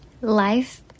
Life